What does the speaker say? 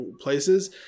places